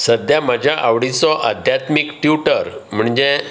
सद्या म्हज्या आवडीचो अध्यात्मीक ट्युटर म्हणजे